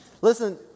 listen